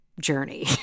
journey